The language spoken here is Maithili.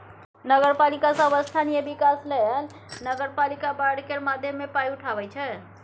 नगरपालिका सब स्थानीय बिकास लेल नगरपालिका बॉड केर माध्यमे पाइ उठाबै छै